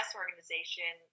organization